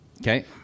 Okay